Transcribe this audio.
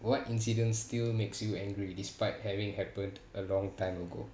what incidents still makes you angry despite having happened a long time ago